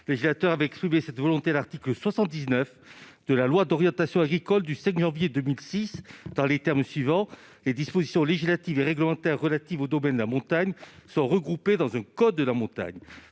législateur a exprimé cette volonté à l'article 79 de la loi du 5 janvier 2006 d'orientation agricole dans les termes suivants :« Les dispositions législatives et règlementaires relatives au domaine de la montagne sont regroupées dans un code de la montagne.